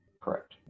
correct